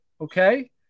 okay